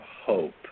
hope